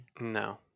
No